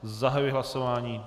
Zahajuji hlasování.